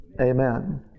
amen